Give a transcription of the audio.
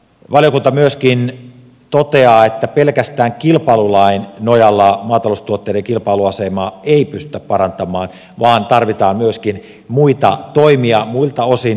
valiokunta myöskin toteaa että pelkästään kilpailulain nojalla maataloustuotteiden kilpailuasemaa ei pystytä parantamaan vaan tarvitaan myöskin muita toimia muilta osin